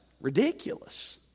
ridiculous